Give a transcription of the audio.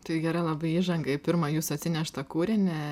tai gera labai įžanga į pirmą jūsų atsineštą kūrinį